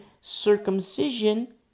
circumcision